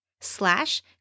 slash